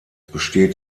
besteht